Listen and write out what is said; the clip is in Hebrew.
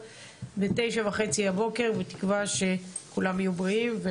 בשעה 9:30 בבוקר בתקווה שכולם יהיו בריאים.